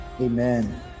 amen